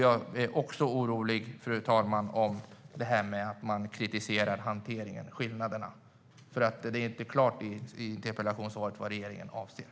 Jag är också orolig, fru talman, över kritiken mot skillnaderna i hantering. Det framgår inte klart i interpellationssvaret vad regeringen avser.